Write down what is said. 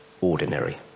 ordinary